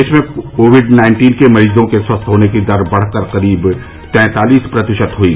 देश में Covid nineteen के मरीजों के स्वस्थ होने की दर बढ़कर करीब तैंतालीस प्रतिशत हुई